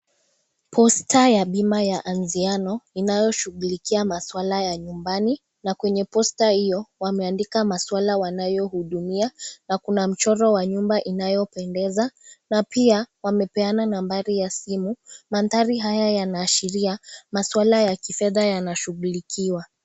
Posta ya bima ya Anziano inayoshughulikia maswala ya nyumbani na kwenye posta hiyo wameandika maswala wanayohudumia na kuna mchoro wa nyumba inayopendeza na pia wamepeana nambari ya simu. Mandhari haya yanaashiria maswala ya kifedha yanashughulikiwa.